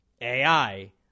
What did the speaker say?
AI